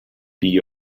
the